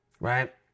right